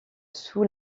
sous